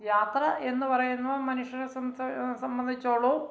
യാത്ര എന്ന് പറയുന്നു മനുഷ്യനെ സംബന്ധിച്ചോളവും